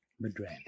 Madrid